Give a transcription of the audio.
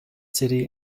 city